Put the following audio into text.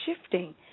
shifting